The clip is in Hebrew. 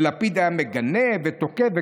ולפיד היה מגנה ותוקף,